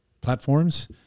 platforms